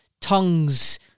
tongues